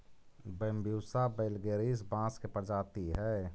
Bambusa vulgaris बाँस के प्रजाति हइ